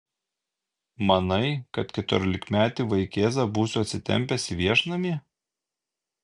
manai kad keturiolikmetį vaikėzą būsiu atsitempęs į viešnamį